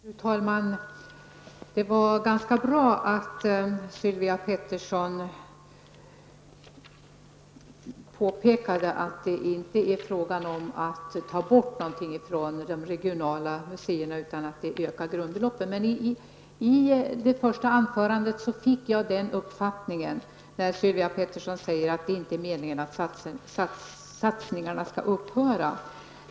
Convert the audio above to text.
Fru talman! Det var ganska bra att Sylvia Pettersson påpekade att det inte är fråga om att ta bort någonting ifrån de regionala museerna, utan att grundbeloppen ökar. Men jag fick den uppfattningen av hennes första anförande, när hon sade att det inte är meningen att satsningarna skall upphöra.